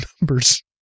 numbers